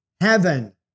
heaven